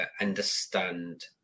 understand